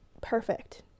perfect